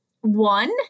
One